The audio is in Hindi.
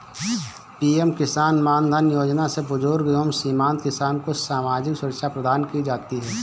पीएम किसान मानधन योजना से बुजुर्ग एवं सीमांत किसान को सामाजिक सुरक्षा प्रदान की जाती है